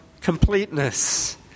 completeness